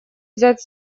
взять